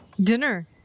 dinner